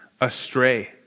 astray